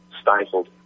stifled